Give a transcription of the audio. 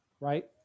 right